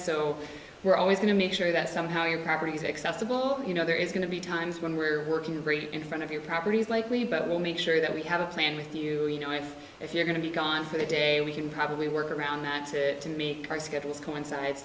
so we're always going to make sure that somehow your property is accessible you know there is going to be times when we're working to break in front of your properties likely but we'll make sure that we have a plan with you you know if you're going to be gone for the day we can probably work around that to meet our schedules coincide